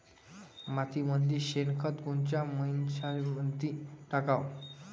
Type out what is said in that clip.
मातीमंदी शेणखत कोनच्या मइन्यामंधी टाकाव?